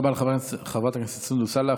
תודה רבה לחברת הכנסת סונדוס סאלח.